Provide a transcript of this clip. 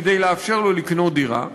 כדי לאפשר לו לקנות דירה,